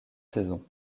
saisons